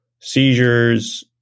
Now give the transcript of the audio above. seizures